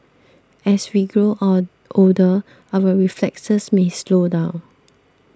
as we grow older our reflexes may slow down